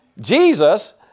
Jesus